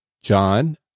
john